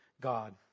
God